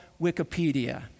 Wikipedia